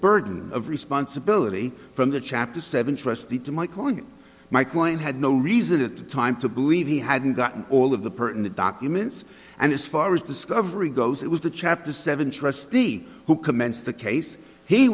burden of responsibility from the chapter seven trustee to my calling my client had no reason at the time to believe he hadn't gotten all of the pertinent documents and as far as discovery goes it was the chapter seven trustee who commenced the case he